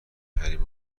کریم